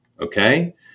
Okay